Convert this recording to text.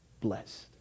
blessed